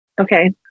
Okay